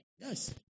Yes